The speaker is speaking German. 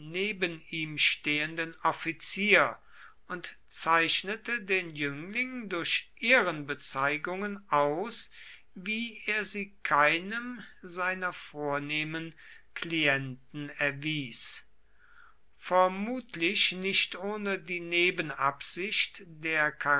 nehmen ihm stehenden offizier und zeichnete den jüngling durch ehrenbezeigungen aus wie er sie keinem seiner vornehmen klienten erwies vermutlich nicht ohne die nebenabsicht der